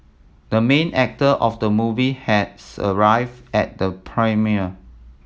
the main actor of the movie has arrived at the premiere